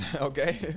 Okay